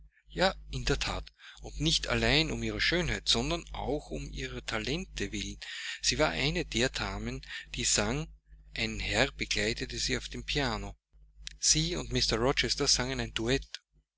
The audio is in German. ja in der that und nicht allein um ihrer schön heit sondern auch um ihrer talente willen sie war eine der damen die sang ein herr begleitete sie auf dem piano sie und mr rochester sangen ein duett